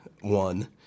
one